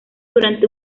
durante